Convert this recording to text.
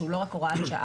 שהוא לא רק הוראת השעה,